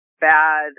bad